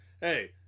hey